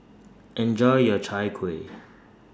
Enjoy your Chai Kueh